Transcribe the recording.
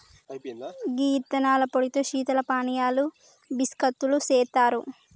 గీ యిత్తనాల పొడితో శీతల పానీయాలు బిస్కత్తులు సెత్తారు